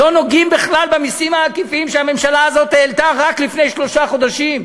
לא נוגעים בכלל במסים העקיפים שהממשלה הזאת העלתה רק לפני שלושה חודשים,